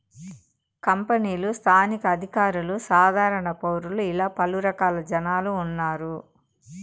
కంపెనీలు స్థానిక అధికారులు సాధారణ పౌరులు ఇలా పలు రకాల జనాలు ఉన్నారు